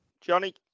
Johnny